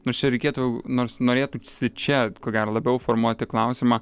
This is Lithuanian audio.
nors čia reikėtų nors norėtųsi čia ko gero labiau formuoti klausimą